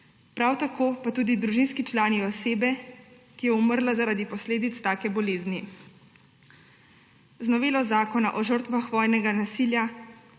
prav tako pa tudi družinski člani osebe, ki je umrla zaradi posledic take bolezni. Z novelo Zakona o žrtvah vojnega nasilja